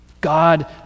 God